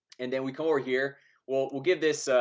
and then we come over here we'll we'll give this ah,